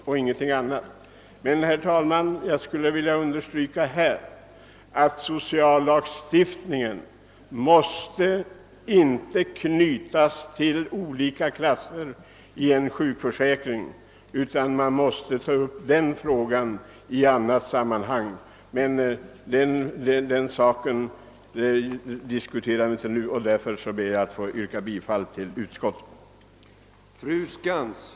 Jag skulle emellertid vilja understryka, herr talman, att sociallagstiftningen inte får knytas till sjukförsäkringens olika klasser, utan denna fråga måste tas upp i annat sammanhang. Men eftersom vi nu inte diskuterar denna sak, ber jag att få yrka bifall till utskottets hemställan.